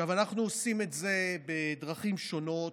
אנחנו עושים את זה בדרכים שונות,